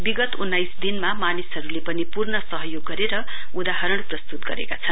विगत उन्नाइस दिनमा मानिसहरुले पनि पूर्ण सहयोग गरेर उदाहरण प्रस्तुत गरेका छन्